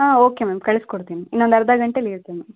ಹಾಂ okay ma'am ಕಳಿಸ್ಕೊಡ್ತೀನಿ ಇನ್ನೊಂದು ಅರ್ಧ ಗಂಟೆಲಿ ಇರುತ್ತೆ ಮ್ಯಾಮ್